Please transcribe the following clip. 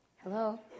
Hello